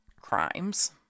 crimes